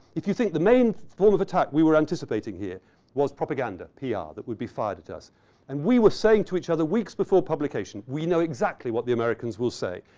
if you think the main form of attack we were anticipating here was propaganda, pr ah that would be fired at us and we were saying to each other weeks before publication, we know exactly what the americans will say,